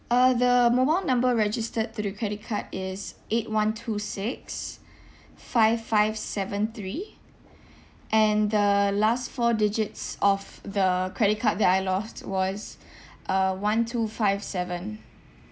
uh the mobile number registered to the credit card is eight one two six five five seven three and the last four digits of the credit card that I lost was uh one two five seven